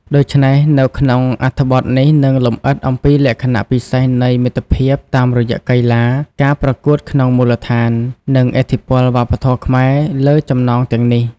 ដុច្នេះ នៅក្នុងអត្ថបទនេះនឹងលម្អិតអំពីលក្ខណៈពិសេសនៃមិត្តភាពតាមរយៈកីឡា ការប្រកួតក្នុងមូលដ្ឋាន និងឥទ្ធិពលវប្បធម៌ខ្មែរលើចំណងទាំងនេះ។